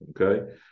okay